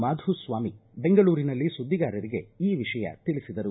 ಮಾಧುಸ್ವಾಮಿ ಬೆಂಗಳೂರಿನಲ್ಲಿ ಸುದ್ದಿಗಾರರಿಗೆ ಈ ವಿಷಯ ತಿಳಿಸಿದರು